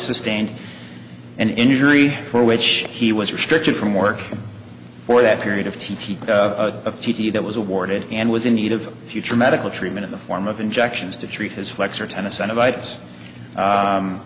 sustained an injury for which he was restricted from work for that period of t t a t that was awarded and was in need of future medical treatment in the form of injections to treat his flexor tennis